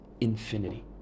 infinity